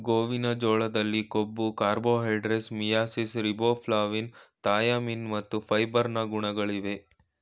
ಗೋವಿನ ಜೋಳದಲ್ಲಿ ಕೊಬ್ಬು, ಕಾರ್ಬೋಹೈಡ್ರೇಟ್ಸ್, ಮಿಯಾಸಿಸ್, ರಿಬೋಫ್ಲಾವಿನ್, ಥಯಾಮಿನ್ ಮತ್ತು ಫೈಬರ್ ನ ಗುಣಗಳಿವೆ